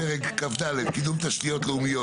פרק כ"ד (קידום תשתיות לאומיות),